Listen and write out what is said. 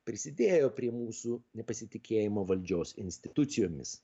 prisidėjo prie mūsų nepasitikėjimo valdžios institucijomis